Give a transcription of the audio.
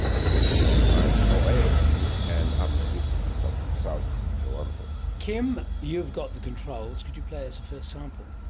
breaking of ice, ah everything. and up to distances of thousands of kilometres. kim, you've got the controls, could you play us a first sample?